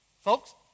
Folks